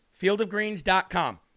fieldofgreens.com